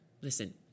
listen